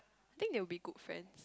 I think they will be good friends